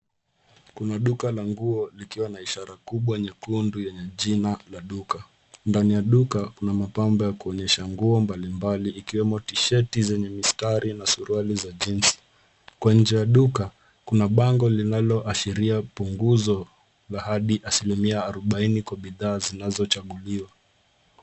Kuna duka la nguo likiwa na ishara kubwa nyekundu lenye jina la duka .Dani ya duka kuna mapambo ya kuonyesha nguo mbalimbali ikiwemo tsheti zenye mistari na suruwali za jeans kwa nje ya duka kuna bango linaloashiria punguzo la hadi asilimia arubaini kwa bidhaa zinazochaguliwa .